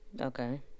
Okay